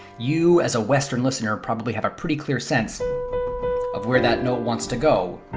you, as a western listener, probably have a pretty clear sense of where that note wants to go